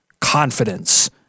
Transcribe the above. confidence